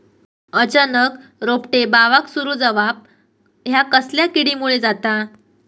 अचानक रोपटे बावाक सुरू जवाप हया कसल्या किडीमुळे जाता?